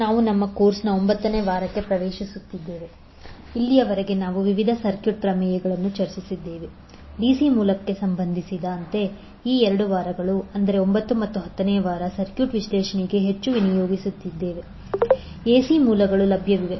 ನಾವು ನಮ್ಮ ಕೋರ್ಸ್ನ ಒಂಬತ್ತನೇ ವಾರಕ್ಕೆ ಪ್ರವೇಶಿಸುತ್ತಿದ್ದೇವೆ ಇಲ್ಲಿಯವರೆಗೆ ನಾವು ವಿವಿಧ ಸರ್ಕ್ಯೂಟ್ ಪ್ರಮೇಯಗಳನ್ನು ಚರ್ಚಿಸಿದ್ದೇವೆ ಡಿಸಿ ಮೂಲಕ್ಕೆ ಸಂಬಂಧಿಸಿದಂತೆ ಈ 2 ವಾರಗಳು ಅಂದರೆ ಒಂಬತ್ತನೇ ಮತ್ತು ಹತ್ತನೇ ವಾರ ಸರ್ಕ್ಯೂಟ್ ವಿಶ್ಲೇಷಣೆಗೆ ಹೆಚ್ಚು ವಿನಿಯೋಗಿಸುತ್ತದೆ ಎಸಿ ಮೂಲಗಳು ಲಭ್ಯವಿವೆ